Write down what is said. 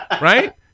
Right